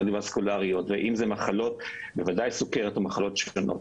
הנושא השני,